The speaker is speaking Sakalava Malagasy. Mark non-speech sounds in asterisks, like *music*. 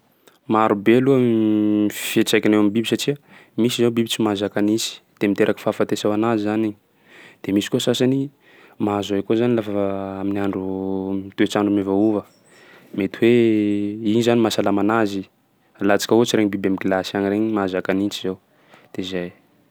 Maro be aloha *hesitation* ny fiantraikany eo am'biby satsia, misy zao biby tsy mahazaka nintsy de mitèraky fahafatesa ho anazy zany igny. De misy koa sasany mahazo ay koà zany lafa *hesitation* amin'ny andro *hesitation* toetr'andro miovaova. Mety hoe igny zany mahasalama anazy, alantsika ohatsy regny biby amin'ny gilasy agny regny mahazaka nintsy zao, de zay.